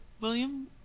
William